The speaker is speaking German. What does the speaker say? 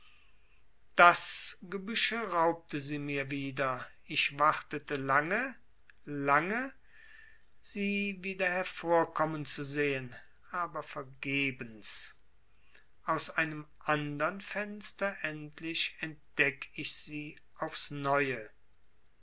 das gebüsche raubte sie mir wieder ich wartete lange lange sie wieder hervorkommen zu sehen aber vergebens aus einem andern fenster endlich entdeck ich sie aufs neue